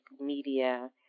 media